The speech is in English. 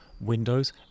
windows